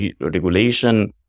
regulation